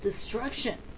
destruction